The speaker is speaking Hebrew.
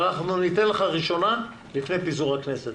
אבל ניתן לך ראשונה לפני פיזור הכנסת.